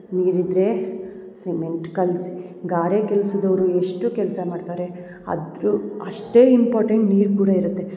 ನೀರು ಇದ್ದರೆ ಸಿಮೆಂಟ್ ಕಲ್ಸಿ ಗಾರೆ ಕೆಲ್ಸದೋರು ಎಷ್ಟು ಕೆಲಸ ಮಾಡ್ತಾರೆ ಅದರು ಅಷ್ಟೇ ಇಂಪಾರ್ಟೆಂಟ್ ನೀರು ಕೂಡ ಇರತ್ತೆ